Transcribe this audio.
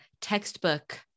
textbook